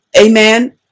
Amen